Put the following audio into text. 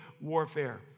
warfare